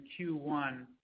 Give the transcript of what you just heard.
Q1